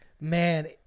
Man